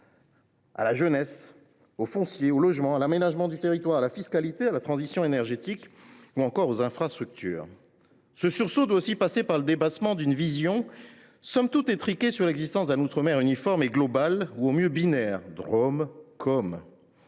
à la jeunesse, au foncier, au logement, à l’aménagement du territoire, à la fiscalité, à la transition énergétique ou encore aux infrastructures. Ce sursaut doit aussi passer par le dépassement d’une vision somme toute étriquée sur l’existence d’un outre mer uniforme et global ou au mieux binaire –